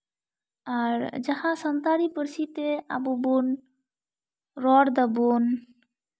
ᱟᱨ ᱡᱟᱦᱟᱸ ᱥᱟᱱᱛᱟᱲᱤ ᱯᱟᱹᱨᱥᱤᱛᱮ ᱟᱵᱚ ᱵᱚᱱ ᱨᱚᱲ ᱮᱫᱟᱵᱚᱱ